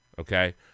Okay